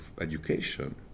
education